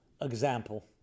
example